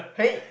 hey